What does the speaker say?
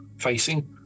Facing